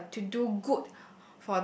uh to do good